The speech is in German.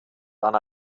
dann